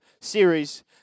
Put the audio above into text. series